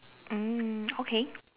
mm okay